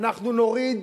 אנחנו נוריד